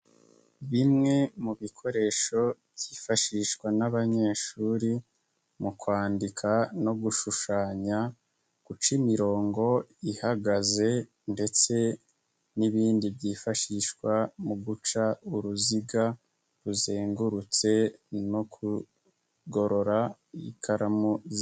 Bimwe mu bikoresho byifashishwa n'abanyeshuri mu kwandika no gushushanya, guca imirongo ihagaze ndetse n'ibindi byifashishwa mu guca uruziga ruzengurutse no kugorora ikaramu.